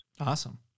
Awesome